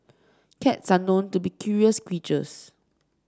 cats are known to be curious creatures